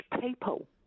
people